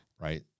right